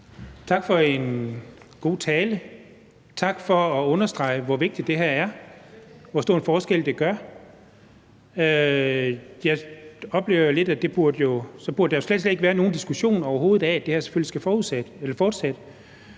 Tak for en god tale, og tak for at understrege, hvor vigtigt det her er, og hvor stor en forskel det gør. Jeg oplever lidt, at der så slet, slet ikke burde være nogen diskussion, overhovedet, af, at det her selvfølgelig skal fortsætte,